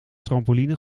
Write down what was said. trampoline